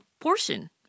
portion